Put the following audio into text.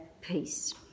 peace